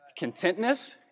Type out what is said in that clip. contentness